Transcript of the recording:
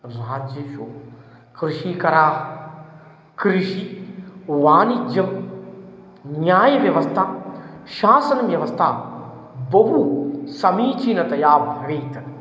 राज्येषु कृषिकराः कृषि वाणिज्यं न्यायव्यवस्था शासनव्यवस्था बहु समीचीनतया भवेत्